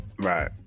Right